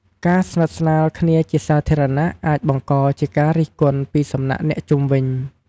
ការស្និទ្ធស្នាលគ្នាជាសាធារណៈអាចបង្កជាការរិះគន់ពីសំណាក់អ្នកជុំវិញ។